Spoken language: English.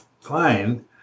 fine